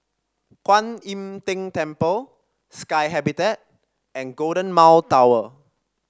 Kuan Im Tng Temple Sky Habitat and Golden Mile Tower